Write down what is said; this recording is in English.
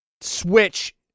Switch